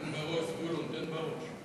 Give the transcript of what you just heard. תן בראש, זבולון, תן בראש.